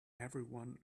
everyone